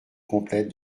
complète